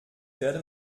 werde